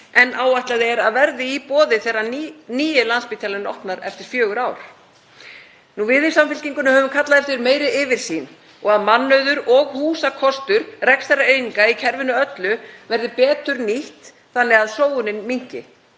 en áætlað er að verði í boði þegar nýi Landspítalinn opnar eftir fjögur ár. Við í Samfylkingunni höfum kallað eftir meiri yfirsýn og að mannauður og húsakostur rekstrareininga í kerfinu öllu verði betur nýtt þannig að sóunin minnki.